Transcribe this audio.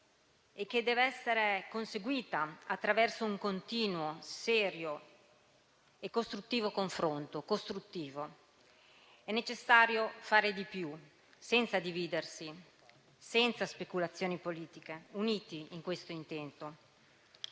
e dev'essere conseguita attraverso un continuo, serio e costruttivo confronto. È necessario fare di più, senza dividersi e senza speculazioni politiche, uniti in questo intento.